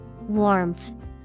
Warmth